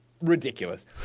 Ridiculous